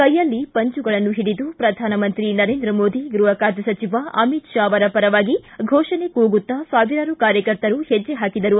ಕೈಯಲ್ಲಿ ಪಂಜುಗಳನ್ನು ಹಿಡಿದು ಪ್ರಧಾನಮಂತ್ರಿ ನರೇಂದ್ರ ಮೋದಿ ಗೃಹ ಖಾತೆ ಸಚಿವ ಅಮಿತ್ ಶಾ ಪರವಾಗಿ ಘೋಷಣೆ ಕೂಗುತ್ತ ಸಾವಿರಾರು ಕಾರ್ಯಕರ್ತರು ಹೆಜ್ಜೆ ಹಾಕಿದರು